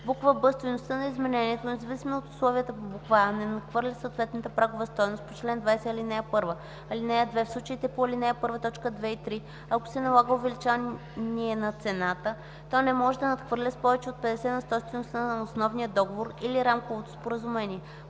б) стойността на изменението независимо от условията по буква „а” не надхвърля съответната прагова стойност по чл. 20, ал. 1. (2) В случаите по ал. 1, т. 2 и 3, ако се налага увеличение на цената, то не може да надхвърля с повече от 50 на сто стойността на основния договор или рамковото споразумение.